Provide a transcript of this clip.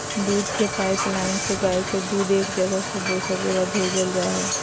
दूध के पाइपलाइन से गाय के दूध एक जगह से दोसर जगह भेजल जा हइ